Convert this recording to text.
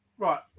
Right